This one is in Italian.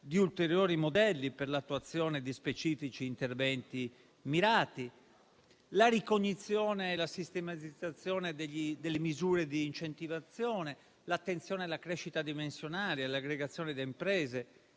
di ulteriori modelli per l'attuazione di specifici interventi mirati; la ricognizione e la sistematizzazione delle misure di incentivazione; l'attenzione alla crescita dimensionale, all'aggregazione delle imprese;